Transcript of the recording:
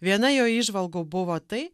viena jo įžvalgų buvo tai